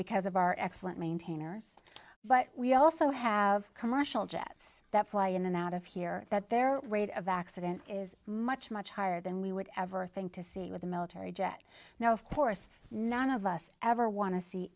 because of our excellent maintainers but we also have commercial jets that fly in and out of here that their rate of accident is much much higher than we would ever think to see with a military jet now of course none of us ever want to see